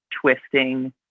twisting